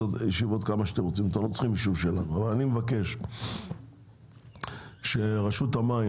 ישיבות כפי שתרצו ואתם לא צריכים אישור שלנו אבל אני מבקש שרשות המים